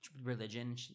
religion